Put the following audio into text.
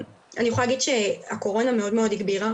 אני יכולה להגיד שהקורונה מאוד מאוד הגבירה,